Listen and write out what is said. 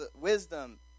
wisdom